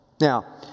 Now